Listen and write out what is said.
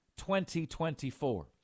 2024